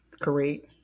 Correct